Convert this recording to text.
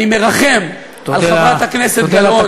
אני מרחם על חברת הכנסת גלאון, תודה.